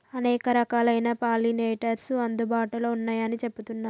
అనేక రకాలైన పాలినేటర్స్ అందుబాటులో ఉన్నయ్యని చెబుతున్నరు